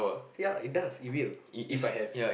yeah it does it will If I have